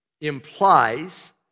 implies